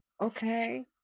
Okay